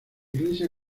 iglesia